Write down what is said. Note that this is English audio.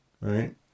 right